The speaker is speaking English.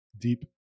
deep